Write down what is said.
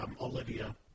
Olivia